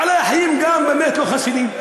בעלי-החיים גם באמת לא חסינים.